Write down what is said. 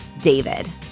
David